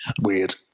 weird